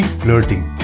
flirting